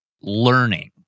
learning